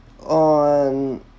on